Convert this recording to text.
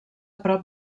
prop